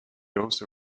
also